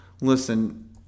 Listen